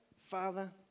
Father